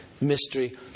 mystery